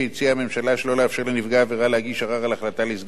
שלא לאפשר לנפגע עבירה להגיש ערר על החלטה לסגור את התיק בהסדר,